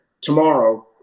tomorrow